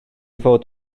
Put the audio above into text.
fod